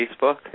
facebook